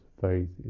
faith